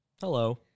Hello